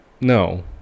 No